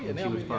and naomi,